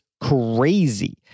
crazy